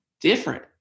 different